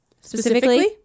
Specifically